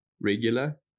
regular